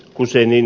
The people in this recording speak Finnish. kun se niin